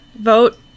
vote